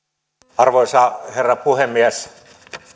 arvoisa herra puhemies